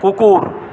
কুকুর